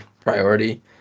priority